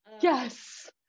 yes